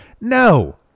No